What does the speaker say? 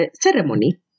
ceremony